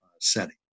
setting